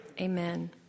Amen